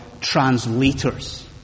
translators